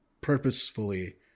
purposefully